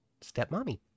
Stepmommy